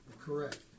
correct